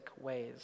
ways